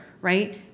right